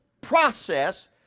process